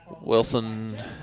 Wilson